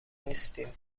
نیستیم